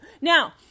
Now